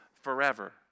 forever